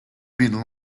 been